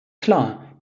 klar